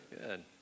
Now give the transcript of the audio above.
Good